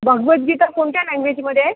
भगवद्गीता कोणत्या लॅंगवेजमध्ये आहे